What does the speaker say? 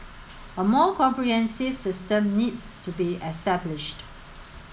a more comprehensive system needs to be established